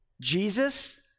Jesus